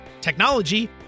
technology